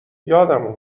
یادم